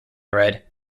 read